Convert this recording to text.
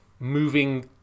moving